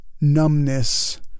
numbness